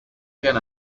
again